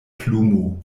plumo